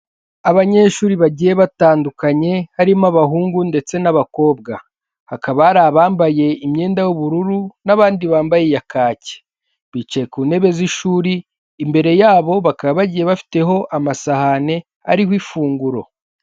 Abanyeshuri bagiye batandukanye harimo abahungu ndetse n'abakobwa, hakaba hari abambaye imyenda y'ubururu n'abandi bambaye iya kake, bicaye ku ntebe z'ishuri imbere yabo bakaba bagiye bafiteho amasahane ariho ifunguro.